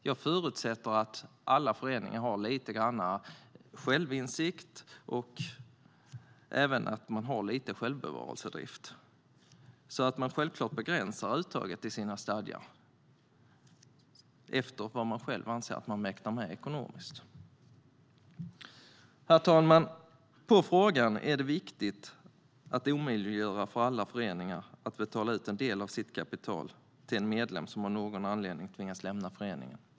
Jag förutsätter att alla föreningar har lite grann självinsikt och självbevarelsedrift, så att man självklart begränsar uttaget i sina stadgar efter vad man anser att man mäktar med ekonomiskt. Herr talman! På frågan "Är det viktigt att omöjliggöra för alla föreningar att betala ut en del av sitt kapital till en medlem som av någon anledning tvingas lämna föreningen?"